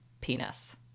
penis